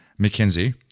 McKinsey